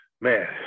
man